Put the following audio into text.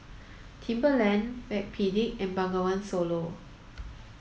Timberland Backpedic and Bengawan Solo